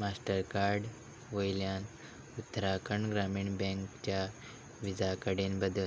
master card वयल्यान उत्तराखंड ग्रामीण बँकच्या विजा कडेन बदल